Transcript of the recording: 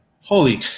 Holy